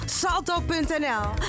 salto.nl